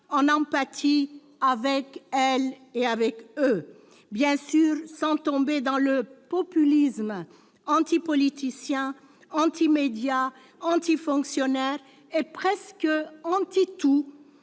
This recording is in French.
en empathie avec elles et avec eux, bien sûr sans tomber dans le populisme anti-politiciens, anti-médias, anti-fonctionnaires et presque « anti-tout